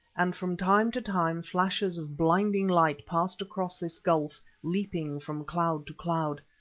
and from time to time flashes of blinding light passed across this gulf, leaping from cloud to cloud.